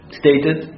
stated